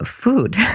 food